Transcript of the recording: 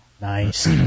Nice